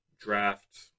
draft